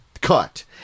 cut